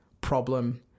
problem